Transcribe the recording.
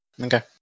Okay